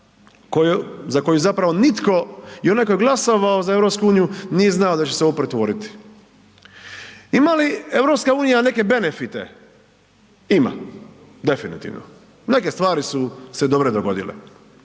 za koju zapravo nitko i onaj tko je glasovao za EU nije znao da će se u ovo pretvoriti. Ima li EU neke benefite? Ima definitivno, neke stvari su se dobre dogodile,